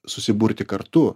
susiburti kartu